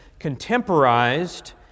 contemporized